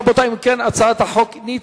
רבותי, אם כן, החוק נתקבל.